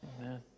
Amen